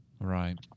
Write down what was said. Right